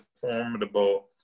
formidable